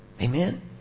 Amen